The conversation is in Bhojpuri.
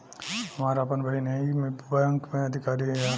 हमार आपन बहिनीई बैक में अधिकारी हिअ